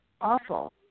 awful